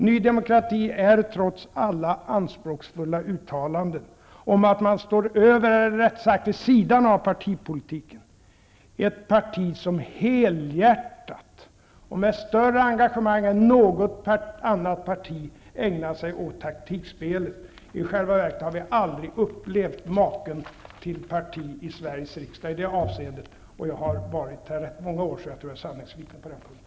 Ny demokrati är trots alla anspråksfulla uttalanden om att man står över, eller rättare sagt vid sidan av, partipolitiken ett parti som helhjärtat och med större engagemang än något annat parti ägnat sig åt taktikspelet. I själva verket har vi aldrig upplevt maken till parti i Sveriges riksdag i det avseendet. Jag har varit här ganska många år, så jag tror att jag är ett sanningsvittne på den punkten.